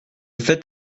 fait